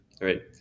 Right